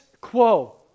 quo